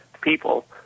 people